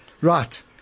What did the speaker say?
right